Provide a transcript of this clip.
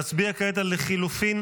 נצביע כעת על לחלופין,